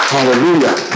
Hallelujah